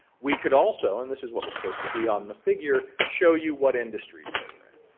we could also, and this is what was supposed to be on the figure, show you what industries they were in.